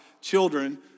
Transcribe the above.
children